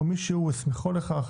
או מי שהוא הסמיכו לכך,